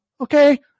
Okay